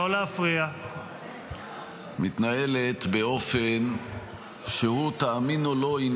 כנראה לא היה קורה מה שקרה עכשיו.